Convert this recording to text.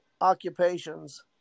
occupations